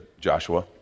Joshua